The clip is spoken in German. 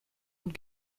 und